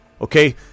okay